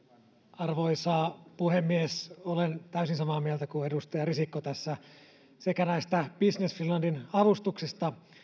arvoisa puhemies olen täysin samaa mieltä kuin edustaja risikko tässä näistä business finlandin avustuksista